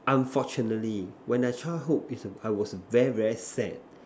unfortunately when my childhood it's I was very very sad